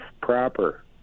proper